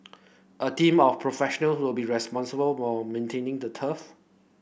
a team of professional will be responsible for maintaining the turf